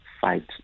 fight